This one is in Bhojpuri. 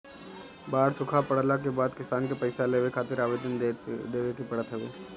बाढ़ सुखा पड़ला के बाद किसान के पईसा लेवे खातिर आवेदन देवे के पड़त हवे